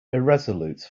irresolute